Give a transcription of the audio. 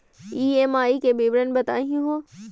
EMI के विवरण बताही हो?